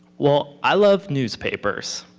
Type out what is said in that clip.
well, i love newspapers.